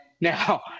now